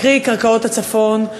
קרי קרקעות הצפון,